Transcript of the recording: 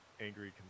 angry